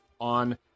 on